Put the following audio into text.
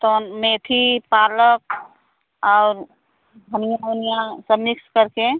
तो मेथी पालक और धनिया ओनिया सब मिक्स करके